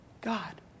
God